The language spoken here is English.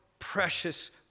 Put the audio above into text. precious